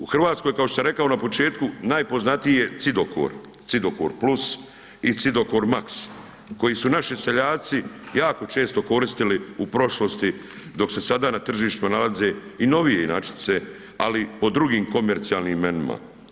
U RH kao što sam rekao na početku, najpoznatiji je cidokor, cidokor + i cidokor max koji su naši seljaci jako često koristili u prošlosti, dok se sada na tržištima nalaze i novije inačice, ali pod drugim komercijalnim imenima.